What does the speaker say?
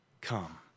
come